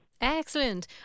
Excellent